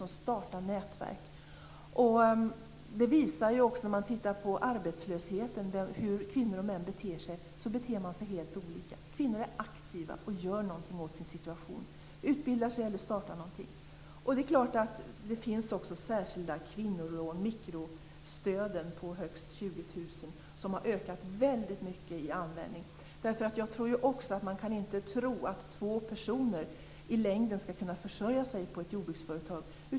Om man ser på hur män och kvinnor beter sig när det gäller arbetslösheten, beter de sig helt olika. Kvinnorna är aktiva och gör någonting åt sin situation. De utbildar sig eller startar någonting. Det finns också särskilda kvinnolån, de s.k. mikrostöden, på högst 20 000 kr, och de har ökat väldigt mycket i användning. Man kan inte tro att två personer i längden skall kunna försörja sig på ett jordbruksföretag.